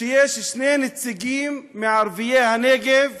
שיש שני נציגים מערביי הנגב